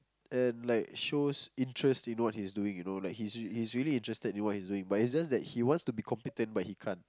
and like shows interest in what he's doing you know he's really he's really interested in what he's doing but it's just that he wants to be competent but then he can't